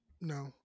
no